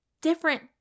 different